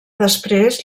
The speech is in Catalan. després